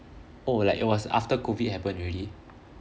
oh like it was after COVID happen already